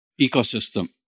ecosystem